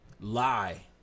Lie